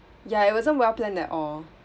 yeah it wasn't well planned at all